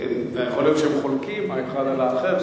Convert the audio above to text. יכול להיות שהם חולקים האחד על האחר,